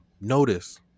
notice